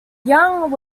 young